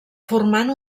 formant